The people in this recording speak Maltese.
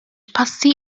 passi